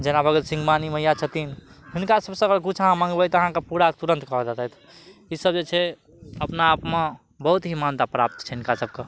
जेना बगल सिंहमानी मैया छथिन हुनका सबसे अगर किछु अहाँ मँगबै तऽ अहाँके पूरा तुरन्त कऽ देती तऽ ई सब जे छै अपना आपमे बहुत ही मान्यता प्राप्त छै हुनका सबके